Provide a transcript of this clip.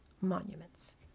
monuments